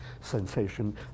sensation